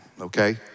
okay